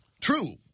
True